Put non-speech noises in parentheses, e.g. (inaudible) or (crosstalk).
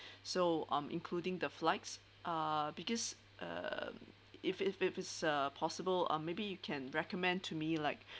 (breath) so um including the flights uh because uh if if if it's uh possible uh maybe you can recommend to me like